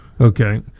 okay